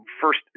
first